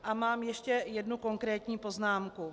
A mám ještě jednu konkrétní poznámku.